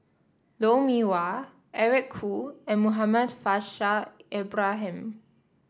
Lou Mee Wah Eric Khoo and Muhammad Faishal Ibrahim